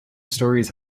stories